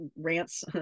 rants